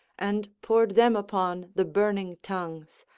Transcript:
and poured them upon the burning tongues,